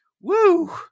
Woo